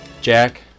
Jack